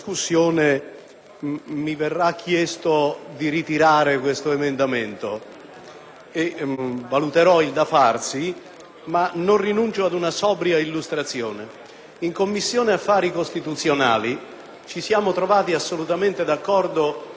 e valuterò cosa fare, ma non rinuncio ad una sobria illustrazione. In Commissione affari costituzionali ci siamo trovati assolutamente d'accordo su tre questioni: che sussistessero i requisiti di necessità ed urgenza;